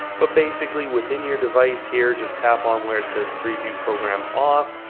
but basically within your device here, just tap on where it says preview program off,